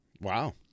Wow